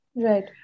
Right